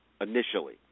initially